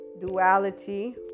duality